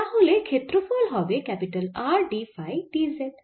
তাহলে ক্ষেত্রফল হবে R d phi d z